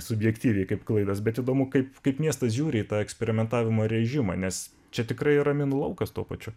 subjektyviai kaip klaidas bet įdomu kaip kaip miestas žiūri į tą eksperimentavimo režimą nes čia tikrai yra minų laukas tuo pačiu